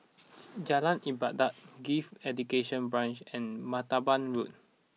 Jalan Ibadat Gifted Education Branch and Martaban Road